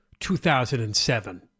2007